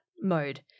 mode